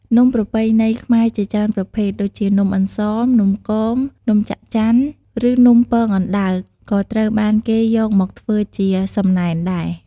នំប្រពៃណីខ្មែរជាច្រើនប្រភេទ ដូចជានំអន្សម នំគម នំចក្រច័ក្ស ឬ នំពងអណ្តើក ក៏ត្រូវបានគេយកមកធ្វើជាសំណែនដែរ។